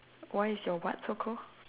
why is your what so cold